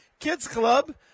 kidsclub